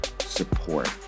support